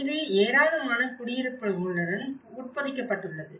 இது ஏராளமான குடியிருப்புகளுடன் உட்பொதிக்கப்பட்டுள்ளது